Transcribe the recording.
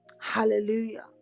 hallelujah